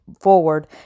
forward